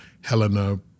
Helena